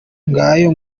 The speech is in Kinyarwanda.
ngayo